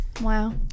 Wow